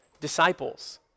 disciples